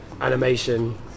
animation